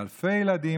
ואלפי ילדים,